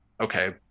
okay